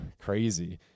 crazy